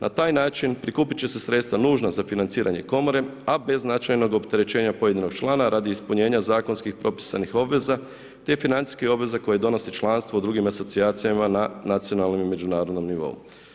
Na taj način prikupit će se sredstva nužna za financiranje komore a bez značajnog opterećenja pojedinog člana radi ispunjenja zakonskih propisanih obveza te financijskih obveza koje donosi članstvo u drugim asocijacijama na nacionalnom i međunarodnom nivou.